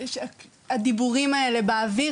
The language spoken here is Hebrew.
והדיבורים האלה באוויר,